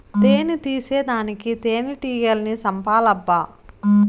తేని తీసేదానికి తేనెటీగల్ని సంపాలబ్బా